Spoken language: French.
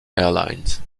airlines